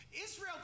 Israel